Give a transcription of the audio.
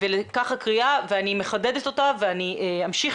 לכך הקריאה ואני מחדדת אותה ואני אמשיך